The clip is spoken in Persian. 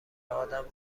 آدم